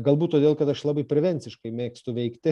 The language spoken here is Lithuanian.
galbūt todėl kad aš labai prevenciškai mėgstu veikti